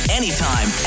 anytime